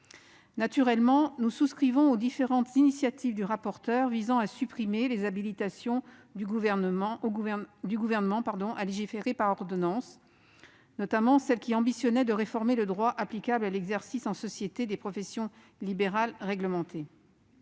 Naturellement, nous souscrivons aux différentes initiatives du rapporteur visant à supprimer les habilitations du Gouvernement à légiférer par ordonnance, notamment celle qui ambitionnait de réformer le droit applicable à l'exercice en société des professions libérales réglementées.